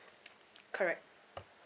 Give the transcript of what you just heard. correct